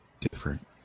different